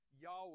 Yahweh